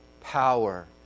power